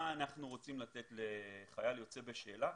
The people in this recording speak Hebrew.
מה אנחנו רוצים לתת לחייל יוצא בשאלה.